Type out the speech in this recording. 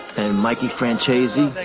and mikey franchisee